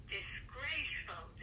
Disgraceful